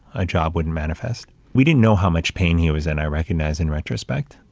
a job wouldn't manifest. we didn't know how much pain he was in, i recognize in retrospect.